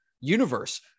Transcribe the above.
universe